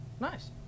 nice